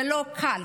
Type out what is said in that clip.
זה לא קל,